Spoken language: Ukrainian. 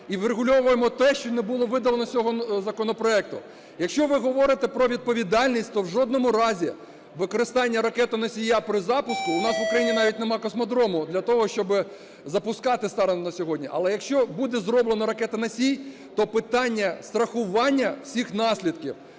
і врегульовуємо те, що не було видалено з цього законопроекту. Якщо ви говорите про відповідальність, то в жодному разі використання ракетоносія при запуску - у нас в Україні навіть немає космодрому для того, щоб запускати, станом на сьогодні, - але якщо буде зроблено ракетоносій, то питання страхування всіх наслідків